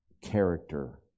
character